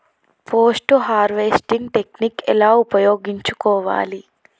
Post harvesting technique ఎలా ఉపయోగించుకోవాలి?